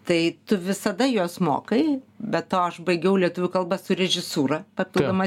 tai tu visada juos mokai be to aš baigiau lietuvių kalba su režisūra papildomas